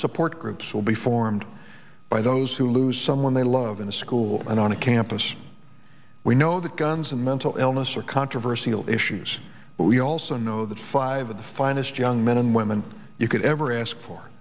support groups will be formed by those who lose someone they love in a school and on a campus we know that guns and mental illness are traversal issues but we also know that five of the finest young men and women you could ever ask for